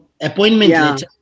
appointment